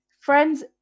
Friends